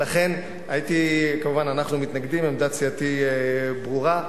ולכן, כמובן אנחנו מתנגדים, עמדת סיעתי ברורה.